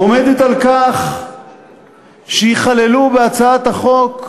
עומדת על כך שייכללו בהצעת החוק,